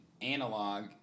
analog